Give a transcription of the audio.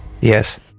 Yes